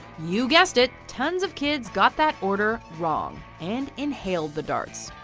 you guessed it, tons of kids got that order wrong, and inhaled the darts,